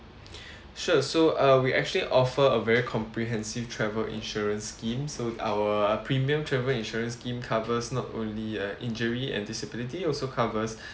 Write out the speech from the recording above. sure so uh we actually offer a very comprehensive travel insurance scheme so our premium travel insurance scheme covers not only uh injury and disability also covers